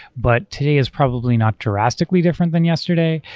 but today is probably not drastically different than yesterday.